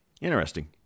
Interesting